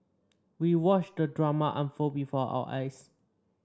we watched the drama unfold before our eyes